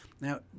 Now